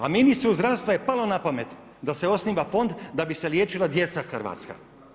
A ministru zdravstva je palo na pamet da se osniva fond da bi se liječila djeca hrvatska.